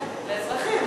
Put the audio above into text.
כן, לאזרחים.